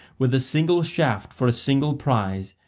with a single shaft for a single prize,